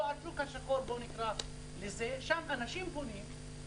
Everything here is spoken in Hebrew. לשם אנשים פונים,